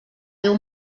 déu